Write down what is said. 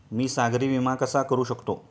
मी सागरी विमा कसा करू शकतो?